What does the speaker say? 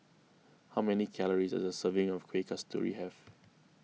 how many calories does a serving of Kuih Kasturi have